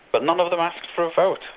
but none of them asked for a vote,